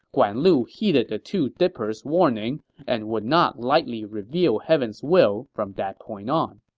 guan lu heeded the two dippers' warning and would not lightly reveal heaven's will from that point on